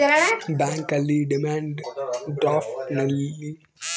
bank ಅಲ್ಲಿ demand draft ಅಲ್ಲಿ ರೊಕ್ಕ ಹಾಕಿ ಮೋಸ ಮಾಡ್ತಾರ